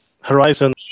Horizon